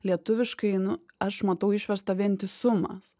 lietuviškai nu aš matau išversta vientisumas